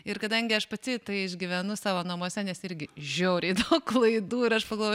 ir kadangi aš pati tai išgyvenu savo namuose nes irgi žiauriai daug laidų ir aš pagalvoju